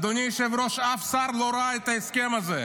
אדוני היושב-ראש, אף שר לא ראה את ההסכם הזה.